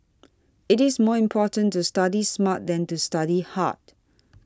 it is more important to study smart than to study hard